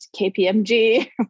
KPMG